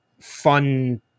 fun